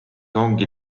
ongi